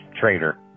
trader